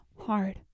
hard